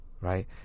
right